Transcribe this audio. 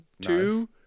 two